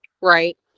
right